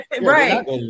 Right